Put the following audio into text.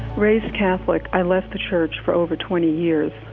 raised catholic, i left the church for over twenty years.